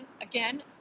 Again